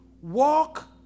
walk